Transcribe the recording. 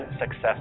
success